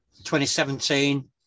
2017